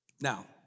Now